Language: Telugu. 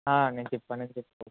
ఆ నేను చెప్పాను అని చెప్పు బాబు